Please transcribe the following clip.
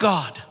God